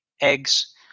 eggs